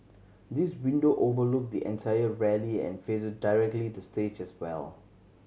these window overlook the entire rally and faces directly the stage as well